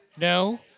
no